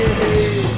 hey